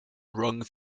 wrung